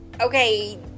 Okay